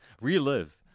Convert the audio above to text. relive